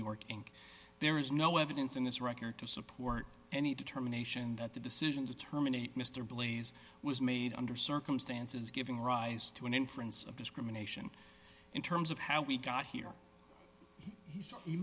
inc there is no evidence in this record to support any determination that the decision to terminate mr blaise was made under circumstances giving rise to an inference of discrimination in terms of how we got here he